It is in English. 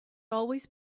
always